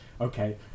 okay